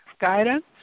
guidance